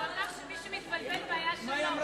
הוא אמר שמי שמתבלבל, בעיה שלו.